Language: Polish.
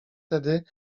tedy